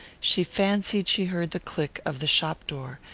she fancied she heard the click of the shop-door,